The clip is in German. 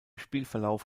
spielverlauf